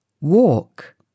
walk